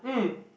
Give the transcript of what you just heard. mm